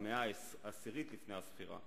במאה העשירית לפני הספירה.